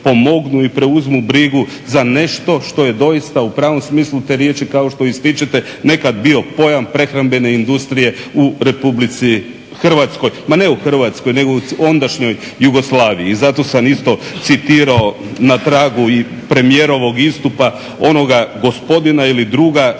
i preuzmu brigu za nešto što je doista u pravom smislu te riječi kao što ističete nekad bio pojam prehrambene industrije u Republici Hrvatskoj, ma ne u Hrvatskoj nego u ondašnjoj Jugoslaviji i zato sam isto citirao na tragu i premijerovog istupa onoga gospodina ili druga što